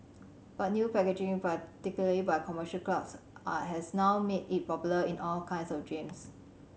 but new packaging particularly by commercial clubs I has now made it popular in all kinds of gyms